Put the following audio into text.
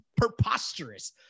preposterous